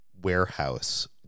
warehouse